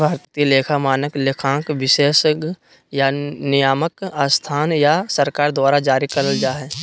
भारतीय लेखा मानक, लेखांकन विशेषज्ञ या नियामक संस्था या सरकार द्वारा जारी करल जा हय